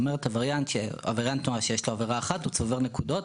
עבריין תנועה שיש לו עבירה אחת, צובר נקודות.